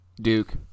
Duke